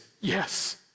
yes